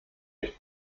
nicht